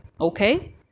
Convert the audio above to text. okay